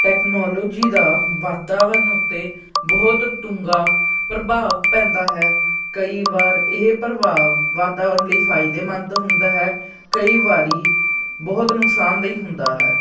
technology ਦਾ ਵਾਤਾਵਰਨ ਉੱਤੇ ਬਹੁਤ ਡੂੰਘਾ ਪ੍ਰਭਾਵ ਪੈਂਦਾ ਹੈ ਕਈ ਵਾਰ ਇਹ ਪ੍ਰਭਾਵ ਵਾਤਾਵਰਨ ਲਈ ਫ਼ਾਇਦੇਮੰਦ ਹੁੰਦਾ ਹੈ ਕਈ ਵਾਰ ਬਹੁਤ ਨੁਕਸਾਨਦੇਈ ਹੁੰਦਾ ਹੈ